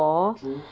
true